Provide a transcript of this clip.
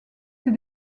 ses